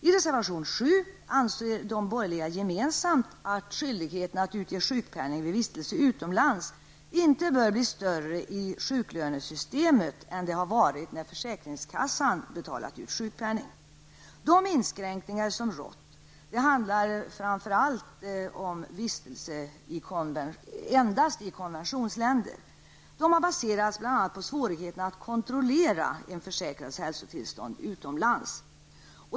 I reservation 7 framför de borgerliga partierna gemensamt att skyldigheten att utge sjukpenning vid vistelse utomlands inte bör bli större i sjuklönesystemet än den har varit när försäkringskassan betalat ut sjukpenningen. De inskränkningar som har rått, det handlar om vistelse endast i konventionsländer, har baserats på bl.a. på svårigheten att kontrollera en försäkrads hälsotillstånd utomlands.